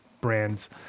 brands